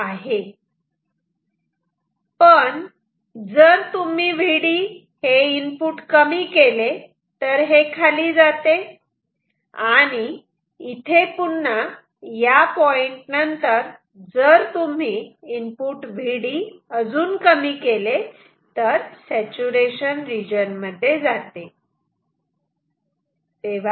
पण जर तुम्ही Vd कमी केले तर हे खाली जाते आणि इथे पुन्हा या पॉईंट नंतर जर तुम्ही Vd अजून कमी केले तर सॅच्युरेशन रिजन मध्ये जाते